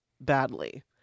badly